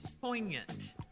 Poignant